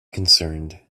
concerned